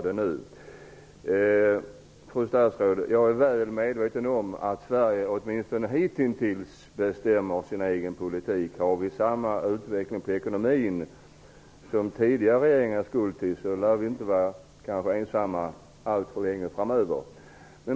Jag är, fru statsråd, väl medveten om att Sverige åtminstone hittills har bestämt sin egen politik. Har vi samma utveckling av ekonomin som tidigare regeringar är skuld till, lär vi inte vara ensamma alltför länge framöver.